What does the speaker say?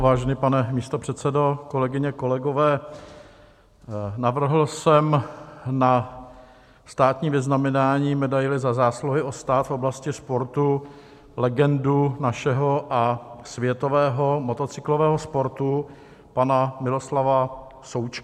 Vážený pane místopředsedo, kolegyně, kolegové, navrhl jsem na státní vyznamenání, medaili Za zásluhy o stát v oblasti sportu, legendu našeho a světového motocyklového sportu, pana Miloslava Součka.